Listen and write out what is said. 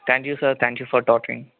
thank you sir thank you for talking